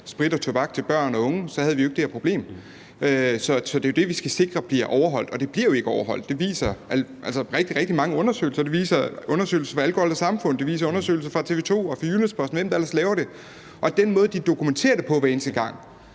sprit og tobak til børn og unge, så havde vi jo ikke det her problem. Så det er jo det, vi skal sikre bliver overholdt. Og det bliver jo ikke overholdt. Det viser rigtig, rigtig mange undersøgelser; det viser undersøgelser fra Alkohol & Samfund; det viser undersøgelser fra TV 2 og fra Jyllands-Posten, og hvem der ellers laver det. Og den måde, de dokumenterer det på hver eneste gang,